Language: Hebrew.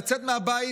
לצאת מהבית